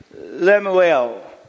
Lemuel